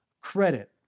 credit